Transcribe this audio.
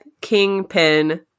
Kingpin